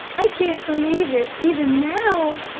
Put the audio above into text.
i can't believe it even now.